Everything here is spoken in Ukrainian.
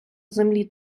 землі